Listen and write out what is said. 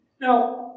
now